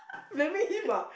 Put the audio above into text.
that mean him ah